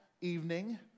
evening